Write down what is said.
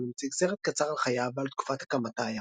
המציג סרט קצר על חייו ועל תקופת הקמת העיירה.